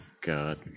God